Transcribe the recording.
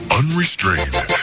unrestrained